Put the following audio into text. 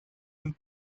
und